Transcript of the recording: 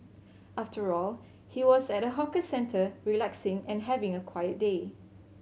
after all he was at a hawker centre relaxing and having a quiet day